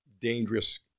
dangerous